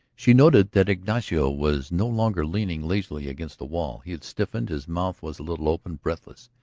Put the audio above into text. she noted that ignacio was no longer leaning lazily against the wall he had stiffened, his mouth was a little open, breathless,